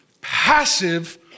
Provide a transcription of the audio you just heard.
passive